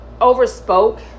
overspoke